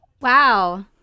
Wow